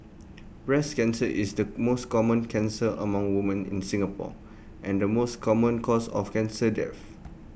breast cancer is the most common cancer among women in Singapore and the most common cause of cancer death